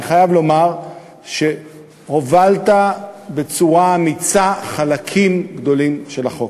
אני חייב לומר שהובלת בצורה אמיצה חלקים גדולים של החוק.